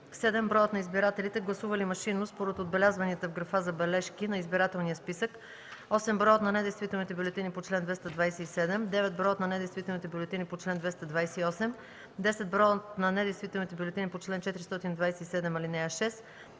7. броят на избирателите гласували машинно според отбелязванията в графа „Забележки” на избирателния списък; 8. броят на недействителните бюлетини по чл. 227; 9. броят на недействителните бюлетини по чл. 228; 10. броят на недействителните бюлетини по чл. 427, ал. 6;